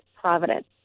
providence